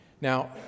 Now